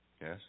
Yes